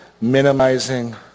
minimizing